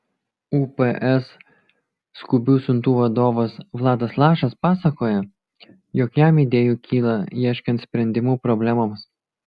ups skubių siuntų vadovas vladas lašas pasakoja jog jam idėjų kyla ieškant sprendimų problemoms